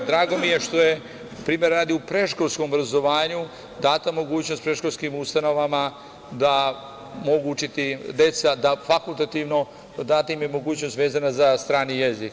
Drago mi je što je, primera radi, u predškolskom obrazovanju data mogućnost predškolskim ustanovama da mogu učiti deca, tj. fakultativno data im je mogućnost vezano za strani jezik.